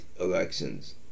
elections